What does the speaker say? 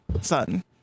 son